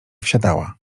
wsiadała